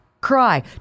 Cry